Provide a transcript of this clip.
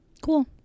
Cool